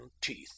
teeth